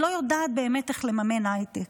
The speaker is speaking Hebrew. לא יודעת איך באמת לממן הייטק.